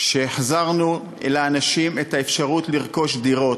שהחזרנו לאנשים את האפשרות לרכוש דירות.